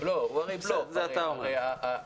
זה אתה אומר.